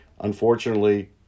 unfortunately